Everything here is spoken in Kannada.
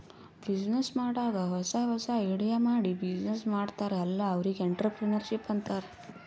ಬಿಸಿನ್ನೆಸ್ ಮಾಡಾಗ್ ಹೊಸಾ ಹೊಸಾ ಐಡಿಯಾ ಮಾಡಿ ಬಿಸಿನ್ನೆಸ್ ಮಾಡ್ತಾರ್ ಅಲ್ಲಾ ಅವ್ರಿಗ್ ಎಂಟ್ರರ್ಪ್ರಿನರ್ಶಿಪ್ ಅಂತಾರ್